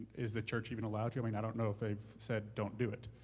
is the church even allowed to? i mean, i don't know if they said don't do it.